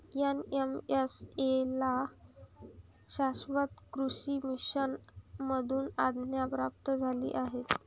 NMSA ला शाश्वत कृषी मिशन मधून आज्ञा प्राप्त झाली आहे